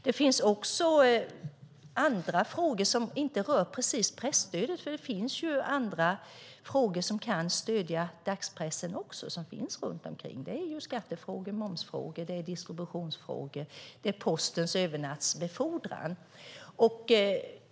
Det finns också andra frågor som inte rör precis presstödet som kan stödja dagspressen, som skattefrågor, momsfrågor, distributionsfrågor och postens övernattsbefordran.